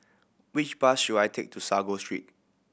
which bus should I take to Sago Street